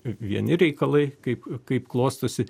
vieni reikalai kaip kaip klostosi